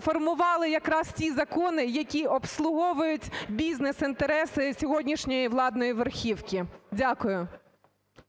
формували якраз ті закони, які обслуговують бізнес-інтереси сьогоднішньої владної верхівки. Дякую.